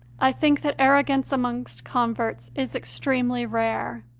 i think that arrogance amongst converts is extremely rare.